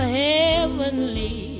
heavenly